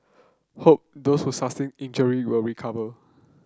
hope those who sustained injury will recover